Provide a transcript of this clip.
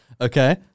Okay